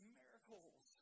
miracles